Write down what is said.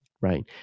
right